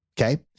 Okay